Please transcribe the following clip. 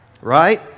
Right